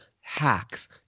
hacks